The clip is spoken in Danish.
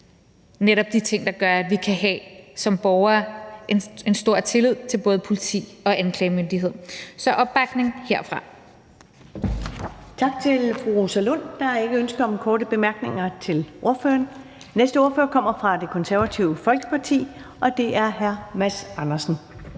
netop de ting, der gør, at man som borger kan have en stor tillid til både politi og anklagemyndighed. Så opbakning herfra. Kl. 12:19 Første næstformand (Karen Ellemann): Tak til fru Rosa Lund. Der er ikke ønske om korte bemærkninger. Den næste ordfører kommer fra Det Konservative Folkeparti, og det er her Mads Andersen.